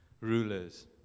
rulers